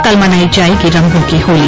कल मनाई जाएगी रंगों की होली